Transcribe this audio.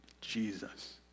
Jesus